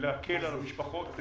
להקל על המשפחות,